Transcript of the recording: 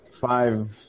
five